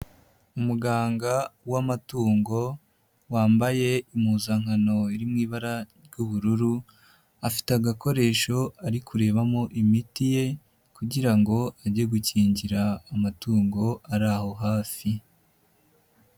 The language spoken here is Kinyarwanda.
Umuganga w'amatungo, wambaye impuzankano iri mu ibara ry'ubururu, afite agakoresho ari kurebamo imiti ye kugira ngo ajye gukingira amatungo ari aho hafi.